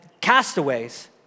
castaways